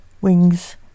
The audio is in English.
wings